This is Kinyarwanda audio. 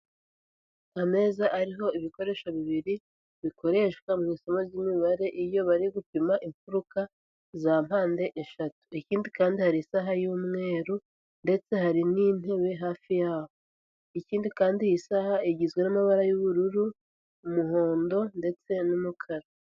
Ameza ariho ibikoresho bibiri bikoreshwa mu isomo ry'imibare iyo bari gupima imfuruka za mpande eshatu, ikindi kandi hari isaha y'umweru ndetse hari n'intebe hafi yaho, ikindi kandi iyi saha igizwe n'amabara y'ubururu, umuhondo ndetse n'umukara.